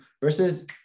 Versus